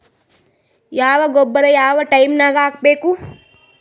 ಯಾವ ಗೊಬ್ಬರ ಯಾವ ಟೈಮ್ ನಾಗ ಹಾಕಬೇಕು?